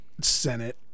Senate